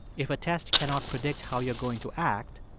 if a test cannot predict how you're going to act,